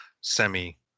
semi